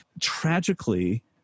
tragically